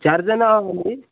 चार जण हवी